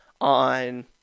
on